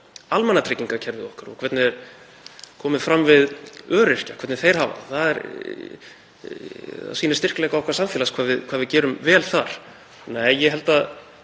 almannatryggingakerfið okkar og hvernig komið er fram við öryrkja, hvernig þeir hafa það, það sýnir styrkleika samfélags okkar hvað við gerum vel þar? Nei, mér hefur